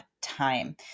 time